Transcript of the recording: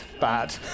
Bad